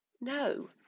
No